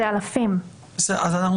אלה אלפי אנשים.